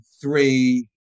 three